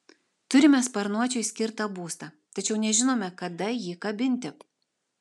turime sparnuočiui skirtą būstą tačiau nežinome kada jį kabinti